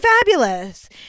fabulous